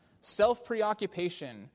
self-preoccupation